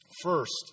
First